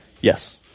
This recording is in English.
Yes